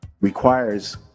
requires